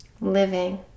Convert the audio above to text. living